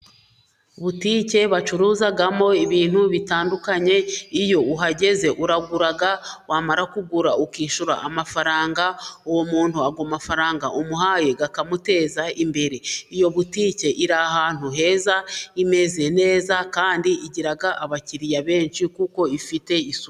Butike bacuruzamo ibintu bitandukanye, iyo uhageze uragura, wamara kugura ukishyura amafaranga, uwo muntu ayo mafaranga umuhaye akamuteza imbere, iyo butike iri ahantu heza, imeze neza kandi igira abakiriya benshi kuko ifite isuku.